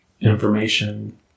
information